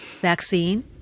vaccine